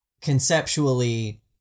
conceptually